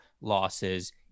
losses